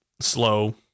slow